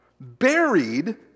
Buried